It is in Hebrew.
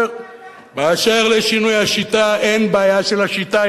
באשר לשינוי השיטה: אין בעיה של השיטה,